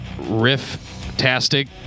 riff-tastic